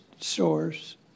source